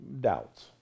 doubts